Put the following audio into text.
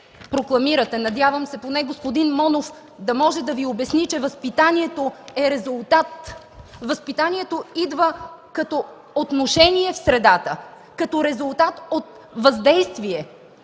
прокламирате? Надявам се поне господин Монов да може да Ви обясни, че възпитанието е резултат. Възпитанието идва като отношение в средата, като резултат от въздействие.